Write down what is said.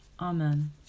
Amen